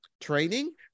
training